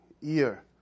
year